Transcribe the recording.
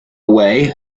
way